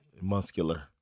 Muscular